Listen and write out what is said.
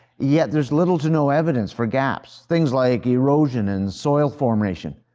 yet, there's little to no evidence for gaps, things like erosion and soil formation.